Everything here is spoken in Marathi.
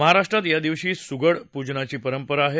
महाराष्ट्रात या दिवशी सुगड पूजनाची परंपरा आहे